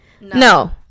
No